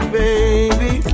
baby